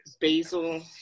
basil